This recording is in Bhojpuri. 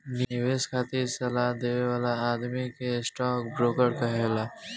निवेश खातिर सलाह देवे वाला आदमी के स्टॉक ब्रोकर कहाला